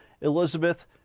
Elizabeth